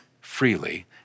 freely